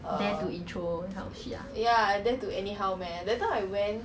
dare to intro that kind of shit ah